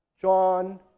John